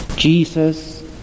Jesus